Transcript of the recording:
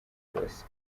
bose